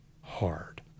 hard